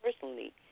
personally